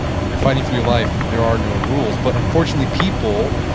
when you're fighting for your life, there are no rules, but unfortunately people,